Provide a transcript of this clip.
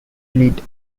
fleet